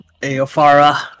Aofara